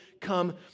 come